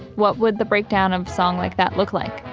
what would the breakdown of song like that look like?